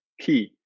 key